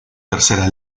tercera